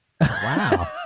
Wow